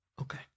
Okay